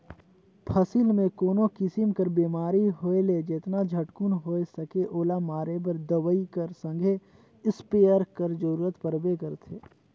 फसिल मे कोनो किसिम कर बेमारी होए ले जेतना झटकुन होए सके ओला मारे बर दवई कर संघे इस्पेयर कर जरूरत परबे करथे